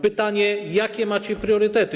Pytanie: Jakie macie priorytety?